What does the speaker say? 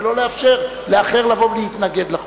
ולא לאפשר לאחר לבוא ולהתנגד לחוק.